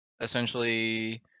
essentially